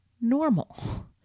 normal